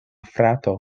frato